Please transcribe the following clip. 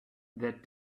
that